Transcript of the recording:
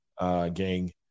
gang